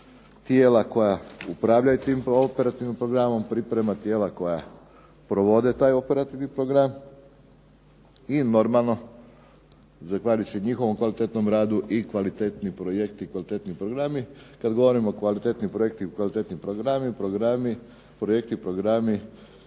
tijela koja upravljaju tim operativnim programom, priprema tijela koja provode taj operativni program, i normalno zahvaljujući njihovom kvalitetnom radu i kvalitetni projekti, kvalitetni programi. Kad govorim kvalitetni projekti i kvalitetni programi, programi, projekti